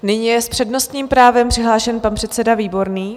Nyní je s přednostním právem přihlášen pan předseda Výborný.